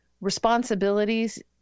responsibilities